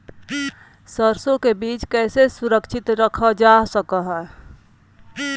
सरसो के बीज कैसे सुरक्षित रखा जा सकता है?